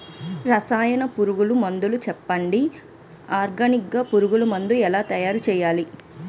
రసాయన పురుగు మందులు చెప్పండి? ఆర్గనికంగ పురుగు మందులను ఎలా తయారు చేయాలి?